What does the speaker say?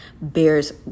bears